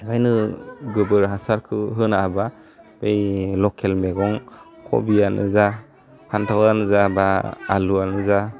एखायनो गोबोर हासारखौ होनाबा बे लकेल मैगं खबियानो जा फन्थावानो जा बा आलुवानो जा